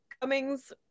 Cummings